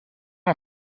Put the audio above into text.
ont